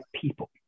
people